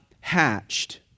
hatched